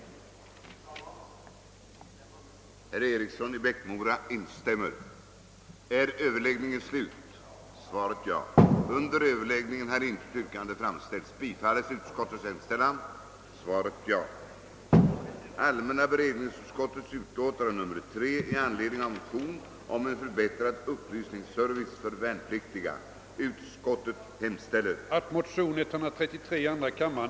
En omvärdering av kvinnans roll i samhället